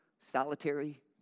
Solitary